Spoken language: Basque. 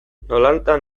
nolatan